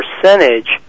percentage